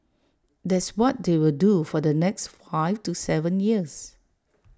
that's what they will do for the next five to Seven years